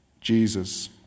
Jesus